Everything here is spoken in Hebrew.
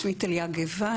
שמי טליה גבע,